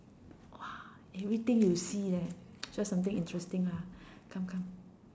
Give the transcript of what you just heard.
!wah! everything you see leh share something interesting lah come come